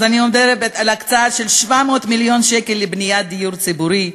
אז אני מדברת על ההקצאה של 700 מיליון שקל לבניית דיור ציבורי.